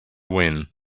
when